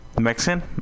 Mexican